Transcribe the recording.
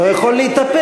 אני לא יכול להתאפק.